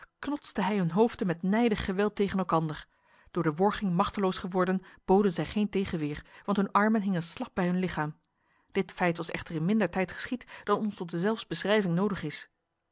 knotste hij hun hoofden met nijdig geweld tegen elkander door de worging machteloos geworden boden zij geen tegenweer want hun armen hingen slap bij hun lichaam dit feit was echter in minder tijd geschied dan ons tot deszelfs beschrijving nodig is